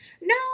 no